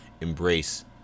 embrace